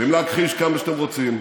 אתם יכולים להכחיש כמה שאתם רוצים,